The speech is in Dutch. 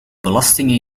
belastingen